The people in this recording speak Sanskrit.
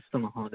अस्तु महोदय